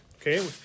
Okay